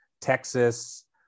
Texas